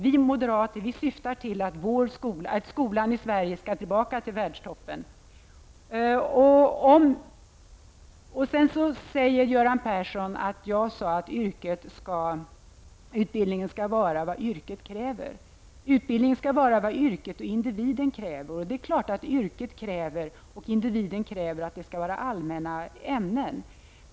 Vi moderater syftar till att skolan i Sverige skall tillbaka till världstoppen. Sedan säger Göran Persson att jag sagt att utbildningen skall vara vad yrket kräver. Utbildningen skall vara vad yrket och individen kräver. Det är klart att yrket och individen kräver att det skall finnas allmänna ämnen.